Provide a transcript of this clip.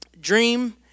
dream